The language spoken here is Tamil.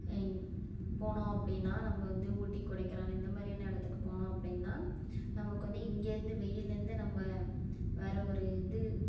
எங் போனோம் அப்படின்னா நம்ம வந்து ஊட்டி கொடைக்கானல் இந்தமாதிரியான இடத்துக்கு போனோம் அப்படின்னா நமக்கு வந்து இங்கேருந்து வெயிலேருந்து நம்ம வேறே ஒரு இது